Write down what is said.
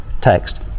text